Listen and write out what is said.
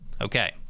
Okay